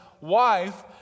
wife